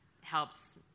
helps